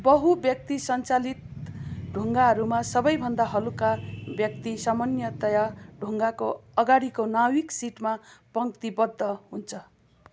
बहुव्यक्ति सञ्चालित ढुङ्गाहरूमा सबैभन्दा हलुका व्यक्ति सामान्यतया ढुङ्गाको अगाडिको नाविक सीटमा पङ्क्तिबद्ध हुन्छ